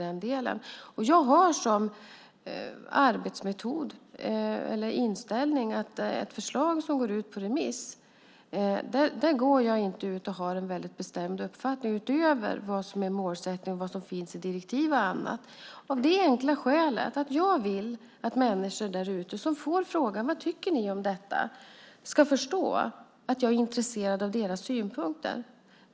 Min inställning är att när ett förslag går ut på remiss går jag inte ut med en bestämd uppfattning utöver vad som är målet och vad som finns med i direktiv och annat. Det enkla skälet är att människor som får frågan om vad de tycker ska förstå att jag är intresserad av deras synpunkter.